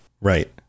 right